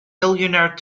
millionaire